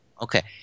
Okay